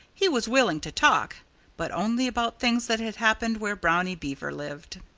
he was willing to talk but only about things that had happened where brownie beaver lived.